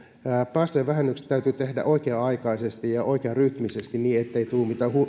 päästöjen vähennykset täytyy tehdä oikea aikaisesti ja oikearytmisesti niin ettei tule mitään